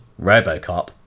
RoboCop